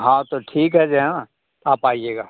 हाँ तो ठीक है जो है ना आप आइएगा